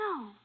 No